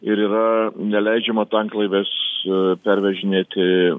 ir yra neleidžiama tanklaiviais pervežinėti